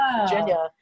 Virginia